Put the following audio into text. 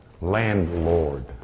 landlord